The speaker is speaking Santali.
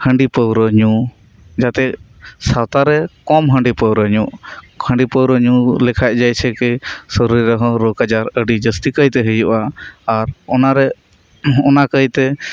ᱦᱟᱺᱰᱤ ᱯᱟᱹᱣᱨᱟᱹ ᱧᱩ ᱡᱟᱛᱮ ᱥᱟᱶᱛᱟᱨᱮ ᱠᱚᱢ ᱦᱟᱺᱰᱤ ᱯᱟᱹᱣᱨᱟ ᱧᱩᱜ ᱦᱟᱺᱰᱤ ᱯᱟᱹᱣᱨᱟᱹ ᱧᱩ ᱞᱮᱠᱷᱟᱱ ᱡᱮᱭ ᱥᱮ ᱠᱮ ᱥᱚᱨᱤᱨ ᱨᱮᱦᱚᱸ ᱨᱳᱜᱽ ᱟᱡᱟᱨ ᱟᱹᱰᱤ ᱡᱟᱹᱥᱛᱤ ᱠᱟᱭᱛᱮ ᱦᱩᱭᱩᱜᱼᱟ ᱟᱨ ᱚᱱᱟᱨᱮ ᱚᱱᱟ ᱠᱟᱹᱭᱛᱮ